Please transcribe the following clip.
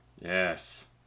Yes